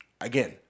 Again